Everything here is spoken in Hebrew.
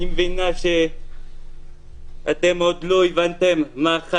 אני מבין שאתם עוד לא הבנתם איך נראים